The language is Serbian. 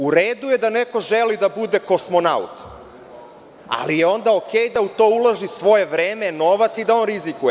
U redu je da neko želi da bude kosmonaut, ali je onda i u redu da u to uloži svoje vreme, novac i da on rizikuje.